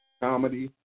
comedy